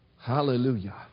Hallelujah